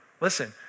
Listen